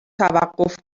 توقف